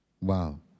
Wow